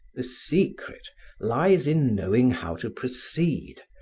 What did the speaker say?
the secret lies in knowing how to proceed,